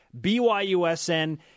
BYUSN